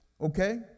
Okay